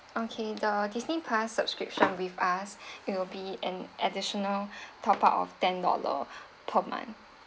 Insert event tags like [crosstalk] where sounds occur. okay the disney plus subscription with us [breath] it will be an additional [breath] top up of ten dollar [breath] per month